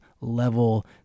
level